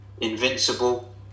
Invincible